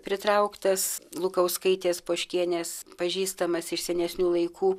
pritrauktas lukauskaitės poškienės pažįstamas iš senesnių laikų